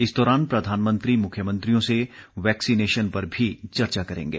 इस दौरान प्रधानमंत्री मुख्यमंत्रियों से वैक्सीनेशन पर भी चर्चा करेंगे